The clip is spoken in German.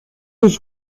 ich